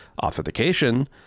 authentication